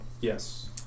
Yes